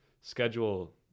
schedule